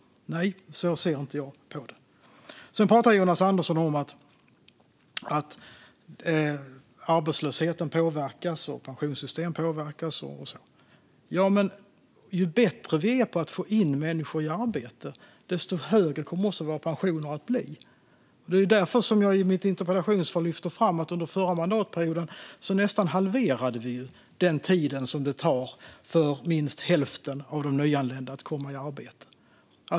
Nej, så ser inte jag på det. Sedan pratar Jonas Andersson om att arbetslösheten påverkas och att pensionssystem påverkas. Ja, men ju bättre vi är på att få in människor i arbete, desto högre kommer våra pensioner att bli. Det är därför som jag i mitt interpellationssvar lyfter fram att vi under förra mandatperioden nästan halverade tiden som det tar för minst hälften av de nyanlända att komma i arbete.